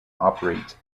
operates